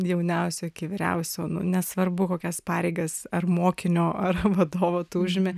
jauniausio iki vyriausio nesvarbu kokias pareigas ar mokinio ar vadovo tu užimi